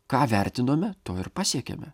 ką vertinome to ir pasiekėme